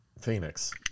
Phoenix